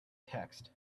text